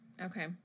okay